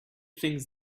things